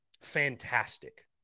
fantastic